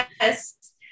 yes